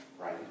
right